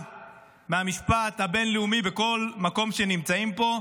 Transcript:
מהמשפט הבין-לאומי בכל מקום שנמצאים בו.